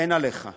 אין עליך,